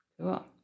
Cool